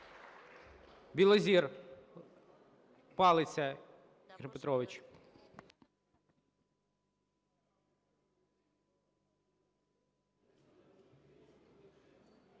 Білозір. Палиця Ігор Петрович.